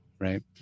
Right